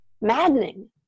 maddening